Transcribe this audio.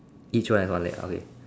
each one is one leg okay